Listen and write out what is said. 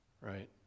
Right